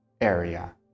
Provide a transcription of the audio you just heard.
area